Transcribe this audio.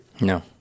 No